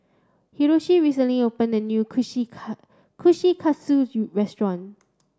Hiroshi recently opened a new Kushikatsu restaurant